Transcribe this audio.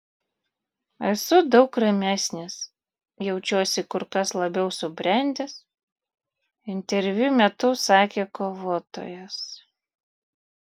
esu daug ramesnis jaučiuosi kur kas labiau subrendęs interviu metu sakė kovotojas